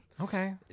Okay